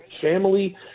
family